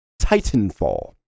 Titanfall